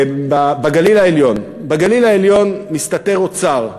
בגליל העליון מסתתר אוצר.